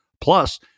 plus